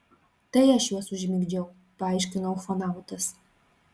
tai aš juos užmigdžiau paaiškino ufonautas